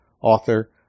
author